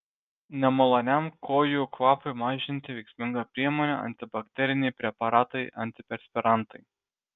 nemaloniam kojų kvapui mažinti veiksminga priemonė antibakteriniai preparatai antiperspirantai